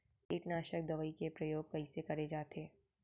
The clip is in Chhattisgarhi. कीटनाशक दवई के प्रयोग कइसे करे जाथे?